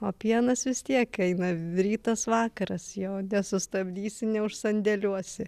o pienas vis tiek eina rytas vakaras jo nesustabdysi ne už sandėliuosi